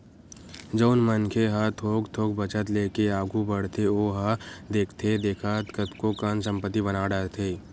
जउन मनखे ह थोक थोक बचत लेके आघू बड़थे ओहा देखथे देखत कतको कन संपत्ति बना डरथे